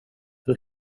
hur